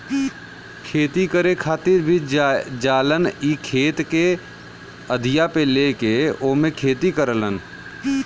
खेती करे खातिर भी जालन इ खेत के अधिया पे लेके ओमे खेती करलन